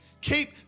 Keep